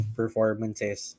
performances